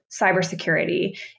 cybersecurity